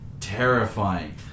terrifying